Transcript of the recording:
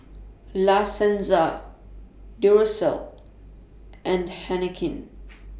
La Senza Duracell and Heinekein